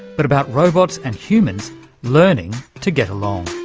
but about robots and humans learning to get along.